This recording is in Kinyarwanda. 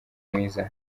mwiza